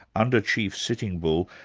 under chief sitting bull,